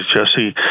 Jesse